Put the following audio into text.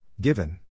Given